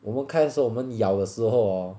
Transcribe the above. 我们开始我们咬的时候 hor